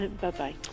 Bye-bye